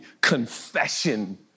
confession